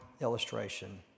illustration